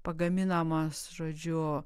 pagaminamos žodžiu